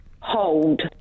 Hold